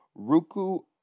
Ruku